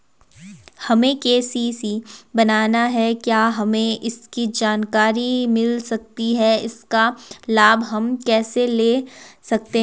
हमें के.सी.सी बनाना है क्या हमें इसकी जानकारी मिल सकती है इसका लाभ हम कैसे ले सकते हैं?